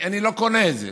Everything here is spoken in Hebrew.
אני לא קונה את זה.